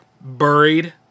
buried